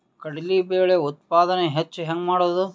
ಕಡಲಿ ಬೇಳೆ ಉತ್ಪಾದನ ಹೆಚ್ಚು ಹೆಂಗ ಮಾಡೊದು?